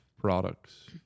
products